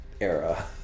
era